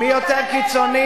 מי יותר קיצוני,